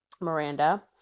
Miranda